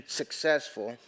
successful